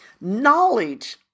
knowledge